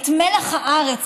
את מלח הארץ,